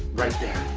right there.